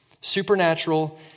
Supernatural